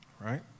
right